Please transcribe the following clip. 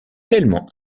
tellement